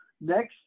next